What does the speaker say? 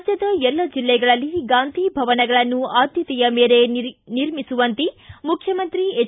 ರಾಜ್ಯದ ಎಲ್ಲ ಜಿಲ್ಲೆಗಳಲ್ಲಿ ಗಾಂಧಿ ಭಾವನಗಳನ್ನು ಆದ್ಯತೆಯ ಮೇರೆಗೆ ನಿರ್ಮಿಸುವಂತೆ ಮುಖ್ಯಮಂತ್ರಿ ಹೆಚ್